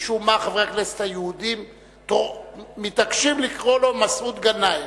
משום מה חברי הכנסת היהודים מתעקשים לקרוא לו מסעוד גנאים.